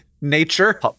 Nature